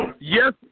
Yes